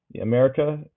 America